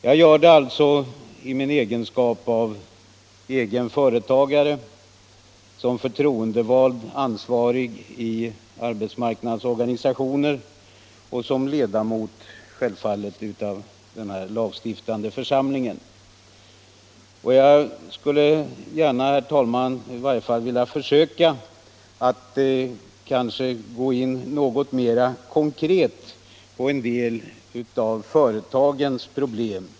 Jag gör det i min egenskap av egen företagare, som förtroendevald i arbetsmarknadsorganisationer och självfallet som ledamot av denna lagstiftande församling. Jag skall, herr talman, försöka att något mera konkret beröra en del akuta företagsproblem.